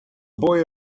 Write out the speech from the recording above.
boy